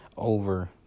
over